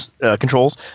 controls